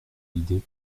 l’idée